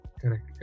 Correct